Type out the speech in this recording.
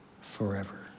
forever